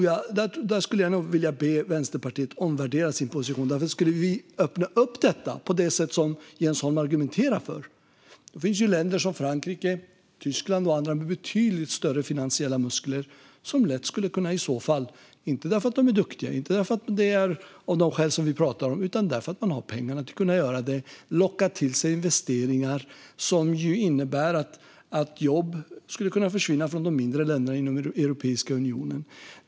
Jag skulle vilja be Vänsterpartiet omvärdera sin position där. Det finns nämligen länder som Frankrike, Tyskland och andra med betydligt större finansiella muskler. Om vi skulle öppna upp på det sätt som Jens Holm argumenterar för skulle de, inte för att de är duktiga eller av de skäl som vi pratar om utan därför att de har pengarna för att göra det, lätt kunna locka till sig investeringar. Det skulle kunna innebära att jobb försvinner från de mindre länderna inom Europeiska unionen.